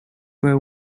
were